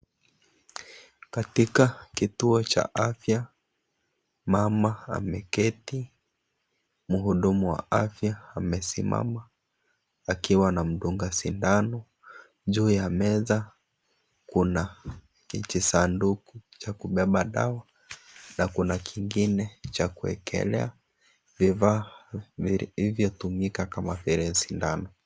Katika kituo cha afya, mama ameketi, mhudumu wa afya amesimama akiwa anamdunga sindano. Juu ya meza kuna kijisanduku cha kubeba dawa na kuna kingine cha kuwekelea vifaa vilivyotumika kama vile sindano.